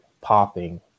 popping